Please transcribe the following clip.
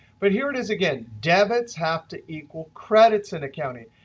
but here it is again, debits have to equal credits in accounting.